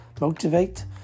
motivate